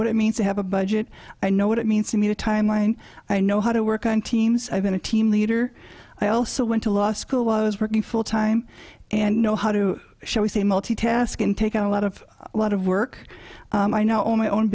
what it means to have a budget i know what it means to me the timeline i know how to work on teams i've been a team leader i also went to law school was working full time and know how to show we say multitask and take out a lot of a lot of work i know my own